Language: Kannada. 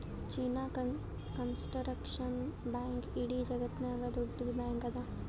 ಚೀನಾ ಕಂಸ್ಟರಕ್ಷನ್ ಬ್ಯಾಂಕ್ ಇಡೀ ಜಗತ್ತನಾಗೆ ದೊಡ್ಡುದ್ ಬ್ಯಾಂಕ್ ಅದಾ